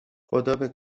خدابه